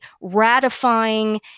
ratifying